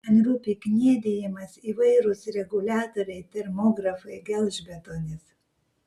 man rūpi kniedijimas įvairūs reguliatoriai termografai gelžbetonis